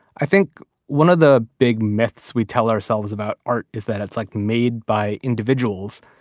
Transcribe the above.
i think one of the big myths we tell ourselves about art is that it's like made by individuals.